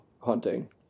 hunting